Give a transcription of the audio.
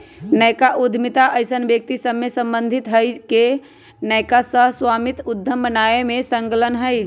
नयका उद्यमिता अइसन्न व्यक्ति सभसे सम्बंधित हइ के नयका सह स्वामित्व उद्यम बनाबे में संलग्न हइ